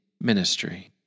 ministry